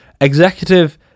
executive